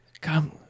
Come